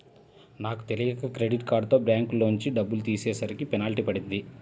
నాకు తెలియక క్రెడిట్ కార్డుతో బ్యాంకులోంచి డబ్బులు తీసేసరికి పెనాల్టీ పడింది